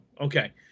Okay